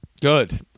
Good